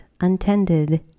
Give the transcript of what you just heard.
untended